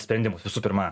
sprendimus visų pirma